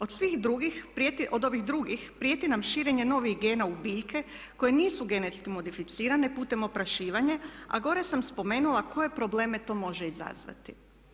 Od svih drugih, od ovih drugih prijeti nam širenje novih gena u biljke koje nisu genetski modificirane putem oprašivanja, a gore sam spomenula koje probleme to može izazvati.